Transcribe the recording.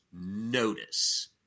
notice